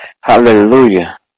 Hallelujah